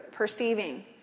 Perceiving